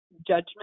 judgment